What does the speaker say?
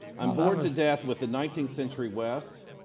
i'm bored to death with the nineteenth century west,